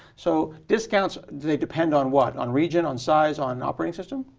so, discounts, they depend on what? on region, on size, on operating system?